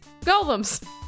golems